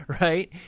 right